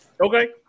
Okay